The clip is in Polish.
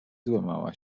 złamała